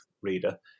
reader